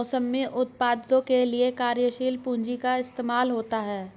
मौसमी उत्पादों के लिये कार्यशील पूंजी का इस्तेमाल होता है